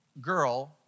girl